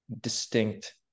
distinct